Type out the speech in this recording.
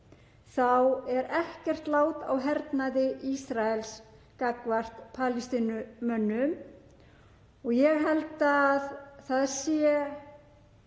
þá er ekkert lát á hernaði Ísraels gagnvart Palestínumönnum og ég held að það sé